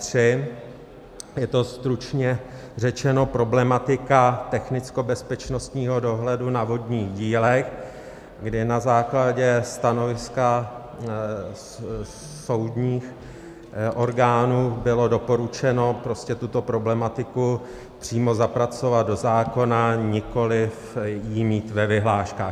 Je to stručně řečeno problematika technickobezpečnostního dohledu na vodních dílech, kde na základě stanoviska soudních orgánů bylo doporučeno tuto problematiku přímo zapracovat do zákona, nikoliv ji mít ve vyhláškách.